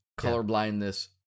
colorblindness